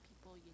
people